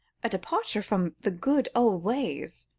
a departure from the good old ways.